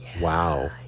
Wow